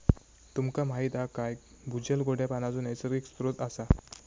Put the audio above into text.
तुमका माहीत हा काय भूजल गोड्या पानाचो नैसर्गिक स्त्रोत असा